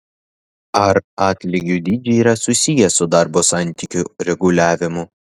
ar atlygių dydžiai yra susiję su darbo santykių reguliavimu